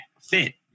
Fit